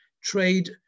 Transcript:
trade